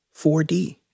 4D